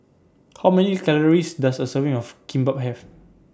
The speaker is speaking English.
How Many Calories Does A Serving of Kimbap Have